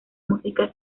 música